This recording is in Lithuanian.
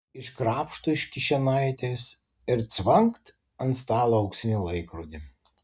iškrapšto iš kišenaitės ir cvangt ant stalo auksinį laikrodį